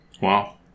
Wow